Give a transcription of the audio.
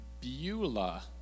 Beulah